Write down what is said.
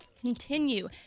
continue